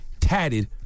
tatted